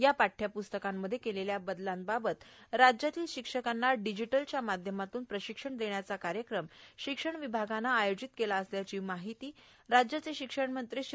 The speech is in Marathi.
या पाठयप्रस्तकांमध्ये केलेल्या बदलांबाबत राज्यातल्या शिक्षकांना डिजीटलच्या माध्यमातून प्रशिक्षण देण्याचा कार्यक्रम शिक्षण विभागानं आयोजित केला असल्याची माहिती शिक्षण मंत्री श्री